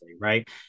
right